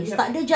yup